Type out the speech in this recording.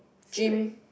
gym